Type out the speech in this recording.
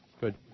Good